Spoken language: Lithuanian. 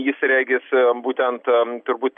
jis regis a būtent am turbūt